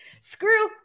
screw